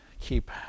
keep